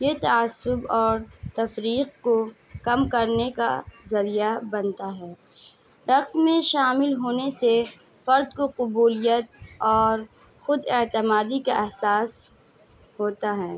یہ تعصب اور تفریح کو کم کرنے کا ذریعہ بنتا ہے رقص میں شامل ہونے سے فرد کو قبولیت اور خود اعتمادی کا احساس ہوتا ہے